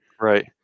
Right